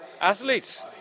Athletes